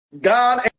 God